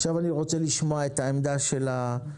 עכשיו אני רוצה לשמוע את העמדה המשפטית